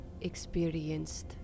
experienced